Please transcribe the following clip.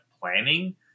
planning